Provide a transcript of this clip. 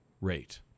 rate